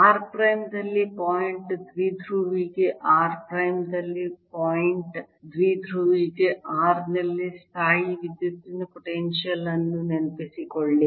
r prime ದಲ್ಲಿ point ದ್ವಿಧ್ರುವಿಗೆ r prime ದಲ್ಲಿ ಪಾಯಿಂಟ್ ದ್ವಿಧ್ರುವಿಗೆ r ನಲ್ಲಿ ಸ್ಥಾಯೀವಿದ್ಯುತ್ತಿನ ಪೊಟೆನ್ಶಿಯಲ್ ಅನ್ನು ನೆನಪಿಸಿಕೊಳ್ಳಿ